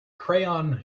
crayon